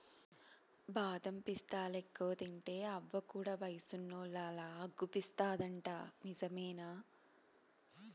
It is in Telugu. బాదం పిస్తాలెక్కువ తింటే అవ్వ కూడా వయసున్నోల్లలా అగుపిస్తాదంట నిజమేనా